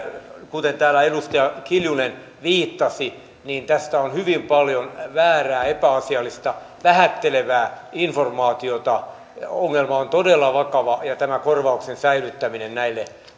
kuten täällä edustaja kiljunen viittasi tästä on hyvin paljon väärää epäasiallista vähättelevää informaatiota ongelma on todella vakava ja tämän korvauksen säilyttäminen näille